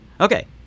Okay